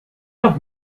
doch